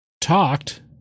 talked